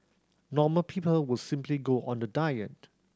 normal people would simply go on the diet